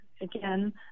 again